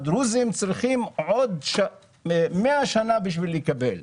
הדרוזים צריכים עוד 100 שנים כדי לקבל.